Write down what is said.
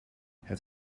het